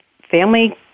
family